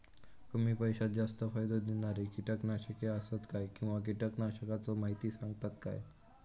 कमी पैशात जास्त फायदो दिणारी किटकनाशके आसत काय किंवा कीटकनाशकाचो माहिती सांगतात काय?